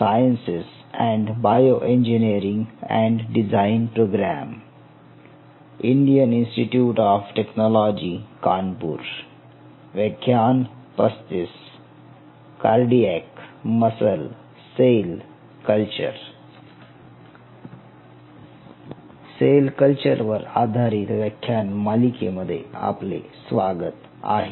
sale culture वर आधारित व्याख्यान मालिकेमध्ये आपले स्वागत आहे